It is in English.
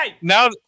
now